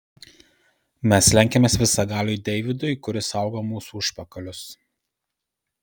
mes lenkiamės visagaliui deividui kuris saugo mūsų užpakalius